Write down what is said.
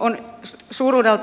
on suuruudeltaan yhä liian suuri